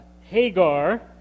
Hagar